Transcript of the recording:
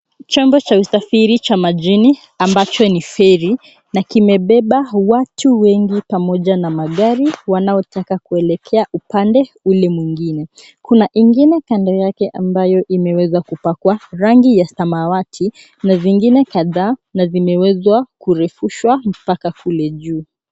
Chombo cha usafiri cha majini ambacho ni feri na kimebeba watu wengi pamoja na magari wanaotaka kuelekea upande ule mwingine. Kuna ingine kando yake ambayo imewezwa kupakwa rangi ya samawati na vingine kadhaa na vimewezwa kurefushwa mpaka kule juu.